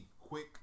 quick